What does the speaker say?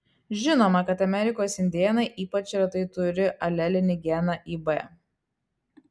žinoma kad amerikos indėnai ypač retai turi alelinį geną ib